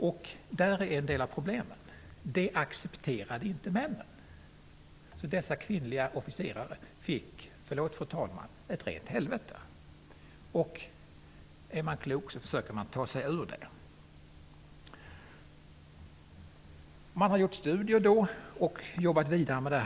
Däri ligger en del av problemet. Det accepterade inte männen. Dessa kvinnliga officerare fick, förlåt fru talman, ett rent helvete. Är man klok försöker man ta sig ur det. Det har gjorts studier och man har jobbat vidare med frågan.